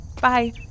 Bye